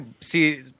see